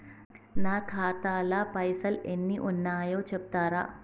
నా ఖాతా లా పైసల్ ఎన్ని ఉన్నాయో చెప్తరా?